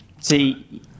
See